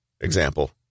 Example